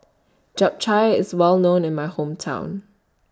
Japchae IS Well known in My Hometown